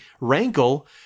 rankle